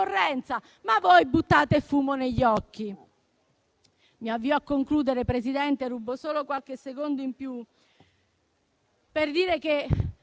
Ma voi buttate fumo negli occhi. Mi avvio a concludere, signora Presidente, rubando solo qualche secondo in più per dire che